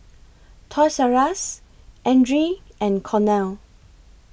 Toys R US Andre and Cornell